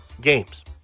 games